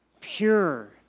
pure